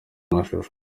amashusho